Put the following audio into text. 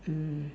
mm